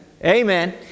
Amen